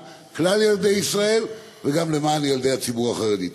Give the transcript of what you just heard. כלל ילדי ישראל וגם למען ילדי הציבור החרדי.